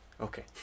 Okay